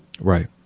Right